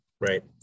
right